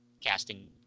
Casting